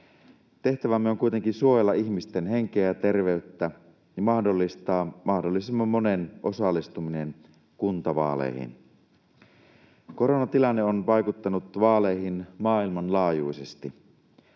Tehtävämme on kuitenkin suojella ihmisten henkeä ja terveyttä ja mahdollistaa mahdollisimman monen osallistuminen kuntavaaleihin. Koronatilanne on vaikuttanut vaaleihin maailmanlaajuisesti.